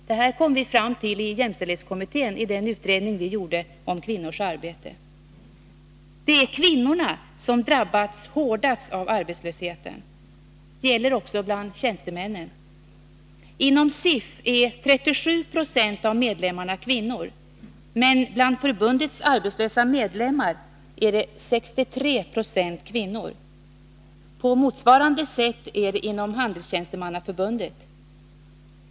Det här kom vi fram till i jämställdhetskommittén i den utredning vi gjorde om kvinnors arbete. Det är kvinnorna som drabbats hårdast av arbetslösheten. Det gäller också bland tjänstemännen. Inom SIF är 37 96 av medlemmarna kvinnor. Men bland förbundets arbetslösa medlemmar är 63 20 kvinnor. På motsvarande sätt är det inom Handelstjänstemannaförbundet.